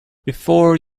before